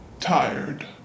Tired